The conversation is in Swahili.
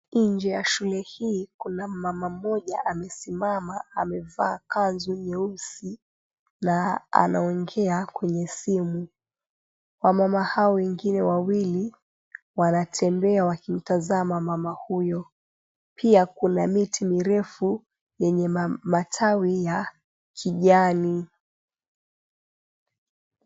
Nje ya shule hii kuna mama mmoja amesimama amevaa kanzu nyeusi na anaongea kwenye simu. Wamama hao wengine wawili wanatembea wakimtazama mama huyo pia kuna miti mirefu yenye matawi ya kijani.